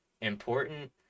important